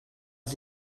els